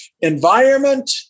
environment